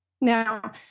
Now